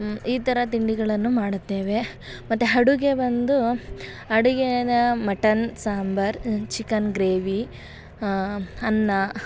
ಈ ಥರ ತಿಂಡಿಗಳನ್ನು ಮಾಡುತ್ತೇವೆ ಮತ್ತು ಅಡುಗೆ ಬಂದು ಅಡುಗೆನ ಮಟನ್ ಸಾಂಬಾರು ಚಿಕನ್ ಗ್ರೇವಿ ಅನ್ನ